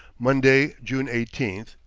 monday, june eighteen.